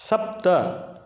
सप्त